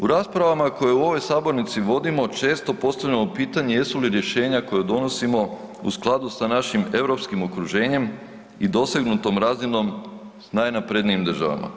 U raspravama koje u ovoj sabornici vodimo često postavljamo pitanje jesu li rješenja koja donosimo u skladu sa našim europskim okruženjem i dosegnutom razinom s najnaprednijim državama.